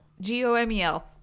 G-O-M-E-L